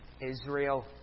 Israel